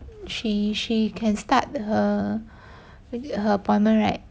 she she can start her her appointment right